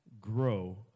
grow